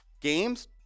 games